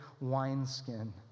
wineskin